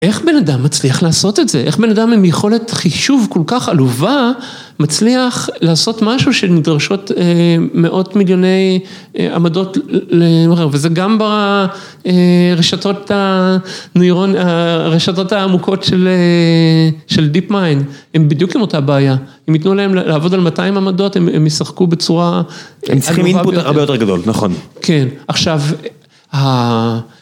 איך בן אדם מצליח לעשות את זה? איך בן אדם עם יכולת חישוב כל כך עלובה, מצליח לעשות משהו שנדרשות מאות מיליוני עמדות למוכר? וזה גם ברשתות הנוירון, הרשתות העמוקות של DeepMind, הם בדיוק עם אותה הבעיה, אם ייתנו להם לעבוד על 200 עמדות, הם ישחקו בצורה... הם צריכים אינפוט הרבה יותר גדול, נכון. כן, עכשיו...